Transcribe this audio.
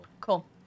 cool